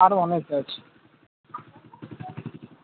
আরো অনেকে আছে